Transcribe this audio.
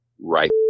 right